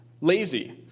Lazy